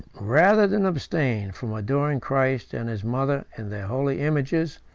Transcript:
rather than abstain from adoring christ and his mother in their holy images,